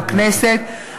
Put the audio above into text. בוועדה בכנסת.